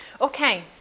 okay